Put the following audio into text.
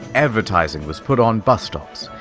advertising was put on bus stops,